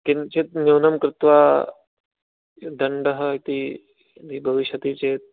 किञ्चित् न्यूनं कृत्वा दण्डः इति यदि भविष्यति चेत्